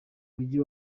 mujyi